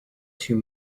two